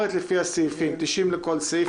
בסדר.